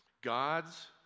God's